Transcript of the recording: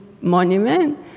monument